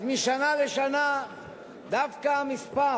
משנה לשנה דווקא המספר